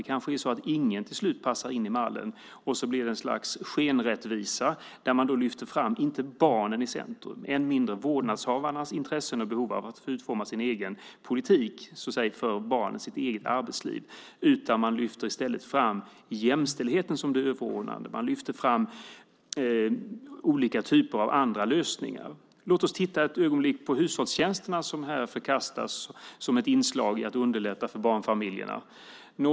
Till slut kanske ingen passar in i mallen och vi får ett slags skenrättvisa där inte barnen lyfts fram, och än mindre vårdnadshavarnas intressen och behov av att utforma sin egen politik för barnen och sina egna arbetsliv. I stället lyfter man fram jämställdheten som det överordnade. Man lyfter fram olika typer av andra lösningar. Låt oss för ett ögonblick titta på hushållstjänsterna, som här förkastas, som ett inslag i att underlätta för barnfamiljerna.